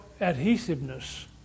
adhesiveness